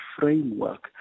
framework